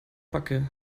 backe